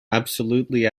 absolutely